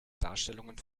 darstellungen